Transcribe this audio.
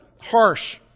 harsh